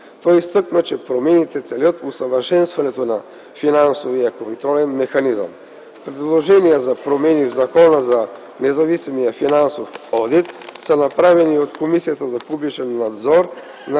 Той изтъкна, че промените целят усъвършенстването на финансовия контролен механизъм. Предложения за промени в Закона за независимия финансов одит са направени от Комисията за публичен надзор на